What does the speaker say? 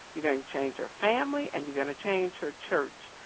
you're going to change her family, and you're going to change her church.